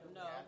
no